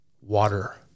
water